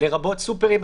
לרבות סופרים,